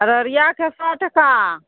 अररियाके सओ टाका